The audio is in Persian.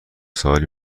ساحل